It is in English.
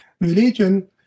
Religion